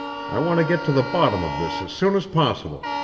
i want to get to the bottom of this as soon as possible.